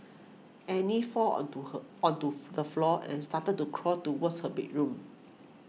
Annie fall onto her onto the floor and started to crawl towards her bedroom